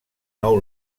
nou